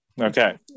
Okay